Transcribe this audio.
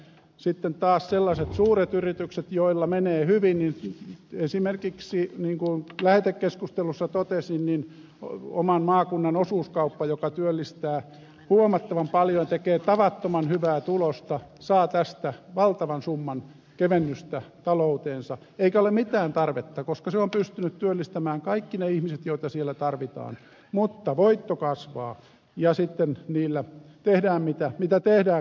sitten taas sellainen suuri yritys jolla menee hyvin esimerkiksi niin kuin lähetekeskustelussa totesin oman maakunnan osuuskauppa joka työllistää huomattavan paljon tekee tavattoman hyvää tulosta saa tästä valtavan summan kevennystä talouteensa eikä tälle ole mitään tarvetta koska se on pystynyt työllistämään kaikki ne ihmiset joita siellä tarvitaan mutta voitto kasvaa ja sitten niillä tehdään mitä tehdään